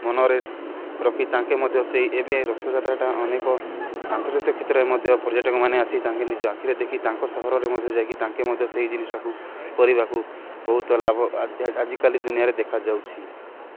ମନରେ ରଖି ତାଙ୍କେ ମଧ୍ୟ ସେଇ ଏବେ ରଥଯାତ୍ରାଟା ଅନେକ ଆନ୍ତର୍ଜାତିକ କ୍ଷେତ୍ରରେ ମଧ୍ୟ ପର୍ଯ୍ୟଟକମାନେ ଆସି ତାଙ୍କେ ନିଜ ଆଖିରେ ଦେଖି ତାଙ୍କ ସହରରେ ମଧ୍ୟ ଯାଇକି ତାଙ୍କେ ମଧ୍ୟ ସେଇ ଜିନିଷଟାକୁ କରିବାକୁ ବହୁତ ଲାଭ ଆଜିକାଲି ଦୁନିଆରେ ଦେଖାଯାଉଛି